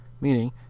Meaning